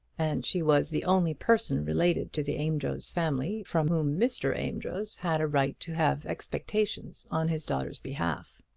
and she was the only person related to the amedroz family from whom mr. amedroz had a right to have expectations on his daughter's behalf.